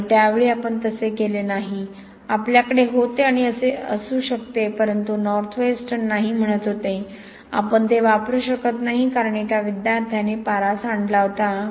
आणि त्या वेळी आपण तसे केले नाही आपल्याकडे होते आणि असू शकते परंतु नॉर्थवेस्टर्न नाही म्हणत होते आपण ते वापरू शकत नाही कारण एका विद्यार्थ्याने पारा सांडला होता